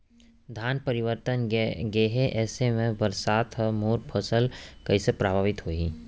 धान परिपक्व गेहे ऐसे म बरसात ह मोर फसल कइसे प्रभावित होही?